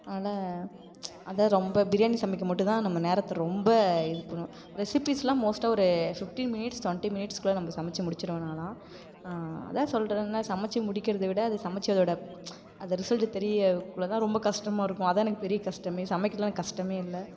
அதனால் அதுதான் ரொம்ப பிரியாணி சமைக்க மட்டும் தான் நம்ம நேரத்தை ரொம்ப இது பண்ணுவோம் ரெஸிப்பீஸ்லாம் மோஸ்ட்டாக ஒரு ஃபிஃப்டீன் மினிட்ஸ் டொண்ட்டி மினிட்ஸ்குள்ளே நம்ப சமைச்சி முடிச்சிடுவேன் நானெலாம் அதுதான் சொல்றேன்லை சமைச்சி முடிக்கிறதை விட அதை சமைச்சதோட அந்த ரிசல்ட்டு தெரியக்குள்ளே தான் ரொம்ப கஷ்டமா இருக்கும் அதுதான் எனக்கு பெரிய கஷ்டமே சமைக்கிறதெலாம் எனக்கு கஷ்டமே இல்லை